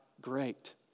great